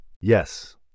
Yes